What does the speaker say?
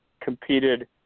competed